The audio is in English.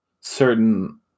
certain